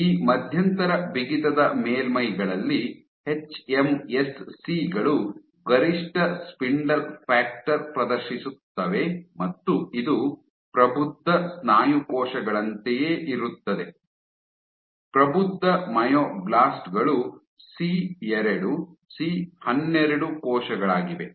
ಈ ಮಧ್ಯಂತರ ಬಿಗಿತದ ಮೇಲ್ಮೈಗಳಲ್ಲಿ ಎಚ್ಎಂಎಸ್ಸಿ ಗಳು ಗರಿಷ್ಠ ಸ್ಪಿಂಡಲ್ ಫ್ಯಾಕ್ಟರ್ ಪ್ರದರ್ಶಿಸುತ್ತವೆ ಮತ್ತು ಇದು ಪ್ರಬುದ್ಧ ಸ್ನಾಯು ಕೋಶಗಳಂತೆಯೇ ಇರುತ್ತದೆ ಪ್ರಬುದ್ಧ ಮೈಯೋಬ್ಲಾಸ್ಟ್ ಗಳು ಸಿ2 ಸಿ12 ಕೋಶಗಳಾಗಿವೆ